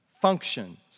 functions